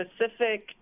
specific